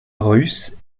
russe